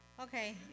Okay